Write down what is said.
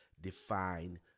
define